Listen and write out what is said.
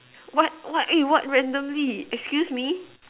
what what eh what randomly excuse me